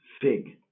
fig